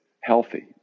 healthy